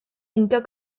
inter